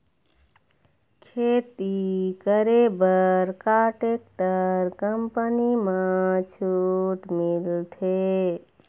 खेती करे बर का टेक्टर कंपनी म छूट मिलथे?